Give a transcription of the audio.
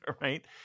right